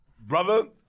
brother